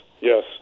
yes